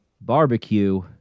barbecue